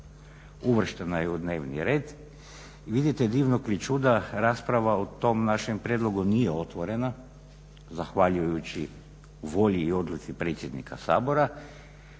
Uvrštena je u dnevni red i vidite divnog li čuda rasprava o tom našem prijedlogu nije otvorena zahvaljujući volji i odluci predsjednika Sabora